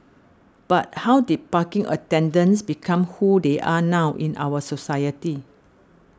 but how did parking attendants become who they are now in our society